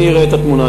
אני אראה את התמונה.